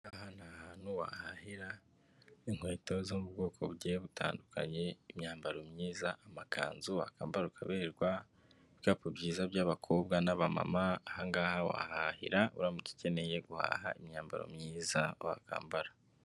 Aha ni ahantu wahahira inkweto zo mu bwoko bugiye butandukanye, imyambaro myiza, amakanzu wakambara ukuberwa, ibikapu byiza by'abakobwa n'abamama, aha ngaha wahahahira uramutse ukeneye guhaha imyambaro myiza wakambara.